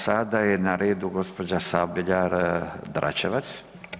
Sada je na redu gđa. Sabljar Dračevac.